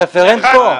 הרפרנט כאן.